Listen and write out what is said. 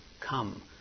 come